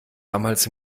damals